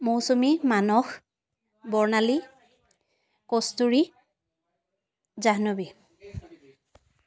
Mousumi Manas Barnali Kasturi Jahnavi